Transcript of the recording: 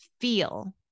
feel